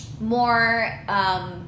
More